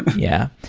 yeah.